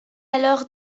alors